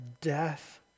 death